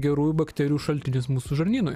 gerųjų bakterijų šaltinis mūsų žarnynui